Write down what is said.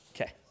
Okay